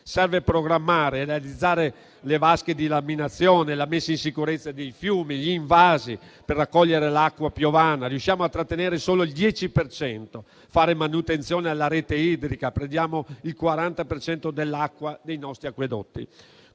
Serve programmare, realizzare le vasche di laminazione, la messa in sicurezza dei fiumi e gli invasi per raccogliere l'acqua piovana (di cui riusciamo a trattenere solo il 10 per cento) e fare manutenzione alla rete idrica (perdiamo il 40 per cento dell'acqua dei nostri acquedotti),